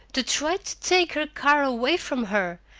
to try to take her car away from her!